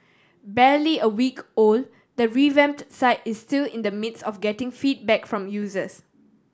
barely a week old the revamped site is still in the midst of getting feedback from users